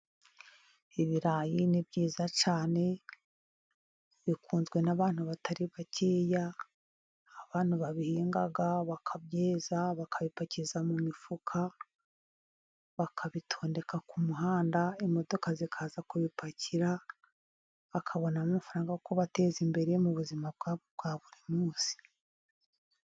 Ibirayi ni byiza cyane, bikunzwe n'abantu batari bakeya abantu babihingaga bakabyeza bakabipakiza mu mifuka bakabitondeka ku muhanda imodoka zikaza kupakira bakabonamo amafaranga yo kubateza imbere mu buzima bwabo bwa buri munsi.